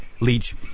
leech